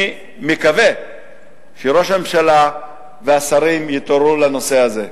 אני מקווה שראש הממשלה והשרים יתעוררו לנושא הזה.